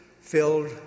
filled